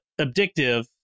addictive